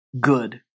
good